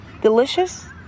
Delicious